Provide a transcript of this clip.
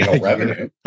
revenue